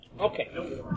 Okay